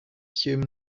hume